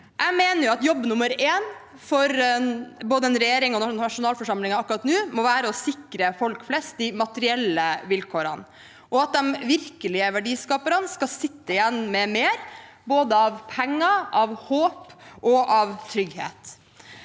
Jeg mener at jobb nummer én for både regjeringen og nasjonalforsamlingen akkurat nå må være å sikre de materielle vilkårene for folk flest, og at de virkelige verdiskaperne skal sitte igjen med mer, både av penger, håp og trygghet.